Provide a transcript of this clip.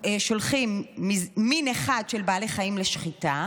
שולחים מין אחד של בעלי חיים לשחיטה,